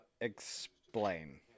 Explain